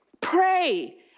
Pray